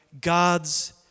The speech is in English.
God's